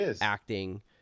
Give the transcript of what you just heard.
acting